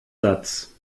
satz